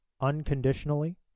unconditionally